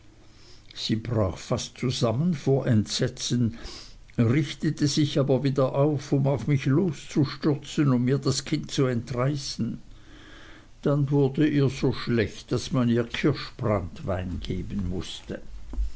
sie brach fast zusammen vor entsetzen richtete sich aber wieder auf um auf mich loszustürzen und mir das kind zu entreißen dann wurde ihr so schlecht daß man ihr kirschbranntwein geben mußte